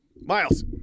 Miles